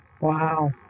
Wow